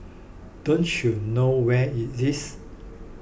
don't you know where it is